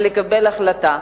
ולקבל החלטה.